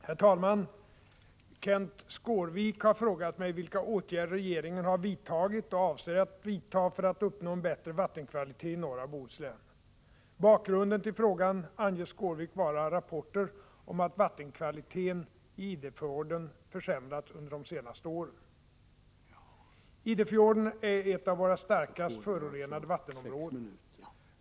Herr talman! Kenth Skårvik har frågat mig vilka åtgärder regeringen har vidtagit och avser att vidta för att uppnå en bättre vattenkvalitet i norra Bohuslän. Bakgrunden till frågan anger Skårvik vara rapporter om att vattenkvaliteten i Idefjorden försämrats under de senaste åren. Idefjorden är ett av våra starkast förorenade vattenområden.